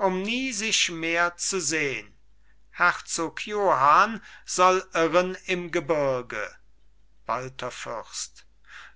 um nie sich mehr zu sehn herzog johann soll irren im gebirge walther fürst